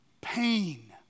pain